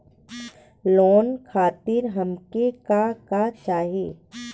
Loan खातीर हमके का का चाही?